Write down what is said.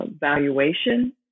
valuation